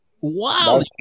Wow